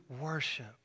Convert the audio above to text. worship